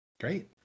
great